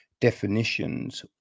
definitions